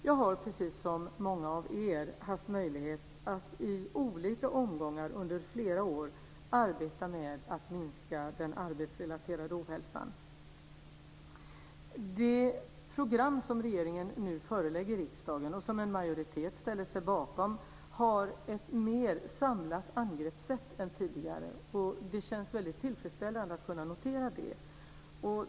Jag har precis som många av er haft möjlighet att i olika omgångar under flera år arbeta med att minska den arbetsrelaterade ohälsan. Det program som regeringen nu förelägger riksdagen och som en majoritet ställer sig bakom har ett mer samlat angreppssätt än tidigare, och det känns väldigt tillfredsställande att kunna notera det.